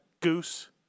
Goose